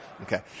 Okay